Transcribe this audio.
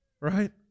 Right